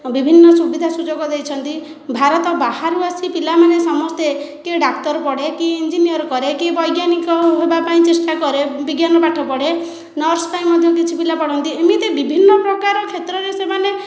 ବିଭିନ୍ନ ସୁବିଧା ସୁଯୋଗ ଦେଇଛନ୍ତି ଭାରତ ବାହାରୁ ଆସି ପିଲାମାନେ ସମସ୍ତେ କିଏ ଡାକ୍ତର ପଢ଼େ କିଏ ଇଞ୍ଜିନିୟର କରେ କିଏ ବୈଜ୍ଞାନିକ ହେବାପାଇଁ ଚେଷ୍ଟା କରେ ବିଜ୍ଞାନ ପାଠ ପଢ଼େ ନର୍ସ ପାଇଁ ମଧ୍ୟ କିଛିପିଲା ପଢ଼ନ୍ତି ଏମିତି ବିଭିନ୍ନ ପ୍ରକାର କ୍ଷେତ୍ରରେ ସେମାନେ